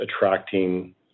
attracting